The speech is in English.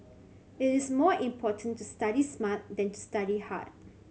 it is more important to study smart than to study hard